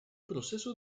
proceso